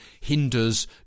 hinders